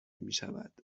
میشود